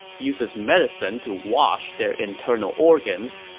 uses medicine to wash their internal organs.